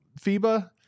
FIBA